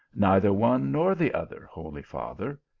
neither one nor the other, holy father.